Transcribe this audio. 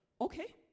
Okay